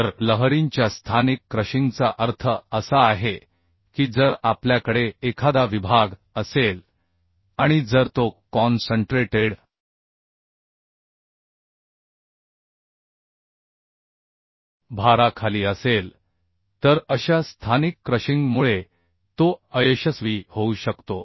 तर लहरींच्या स्थानिक क्रशिंगचा अर्थ असा आहे की जर आपल्याकडे एखादा विभाग असेल आणि जर तो कॉन्सन्ट्रेटेड भाराखाली असेल तर अशा स्थानिक क्रशिंगमुळे तो अयशस्वी होऊ शकतो